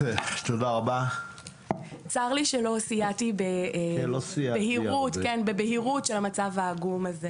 צר לי שלא סייעתי בבהירת של המצב העגום.